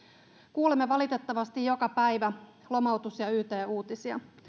kuulemme valitettavasti joka päivä lomautus ja yt uutisia